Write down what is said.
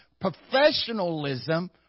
Professionalism